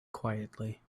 quietly